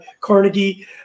Carnegie